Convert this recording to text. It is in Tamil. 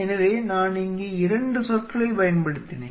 எனவே நான் இங்கே 2 சொற்களைப் பயன்படுத்தினேன்